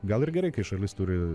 gal ir gerai kai šalis turi